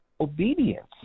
obedience